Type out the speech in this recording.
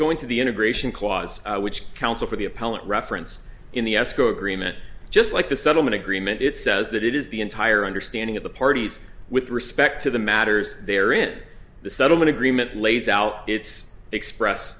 going to the integration clause which counsel for the appellate reference in the escrow agreement just like the settlement agreement it says that it is the entire understanding of the parties with respect to the matters there in the settlement agreement lays out its express